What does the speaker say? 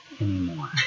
anymore